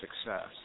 success